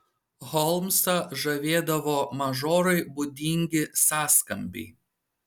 holmsą žavėdavo mažorui būdingi sąskambiai